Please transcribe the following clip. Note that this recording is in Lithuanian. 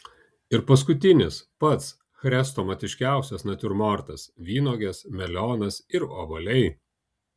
ir paskutinis pats chrestomatiškiausias natiurmortas vynuogės melionas ir obuoliai